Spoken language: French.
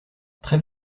trêve